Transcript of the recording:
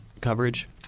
coverage